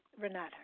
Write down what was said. Renata